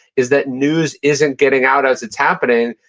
is that news isn't getting out as it's happening,